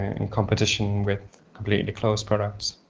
in competition with probably the close products